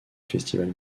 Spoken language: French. festivals